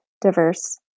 diverse